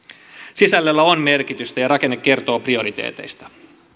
sisällöllä on merkitystä ja rakenne kertoo prioriteeteista